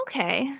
Okay